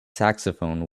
saxophone